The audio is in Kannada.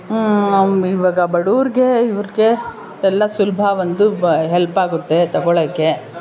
ಈವಾಗ ಬಡವರಿಗೆ ಇವ್ರಿಗೆ ಎಲ್ಲ ಸುಲಭ ಒಂದು ಹೆಲ್ಪ್ ಆಗುತ್ತೆ ತಗೊಳ್ಳೋಕ್ಕೆ